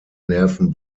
nerven